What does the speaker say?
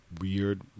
weird